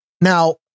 now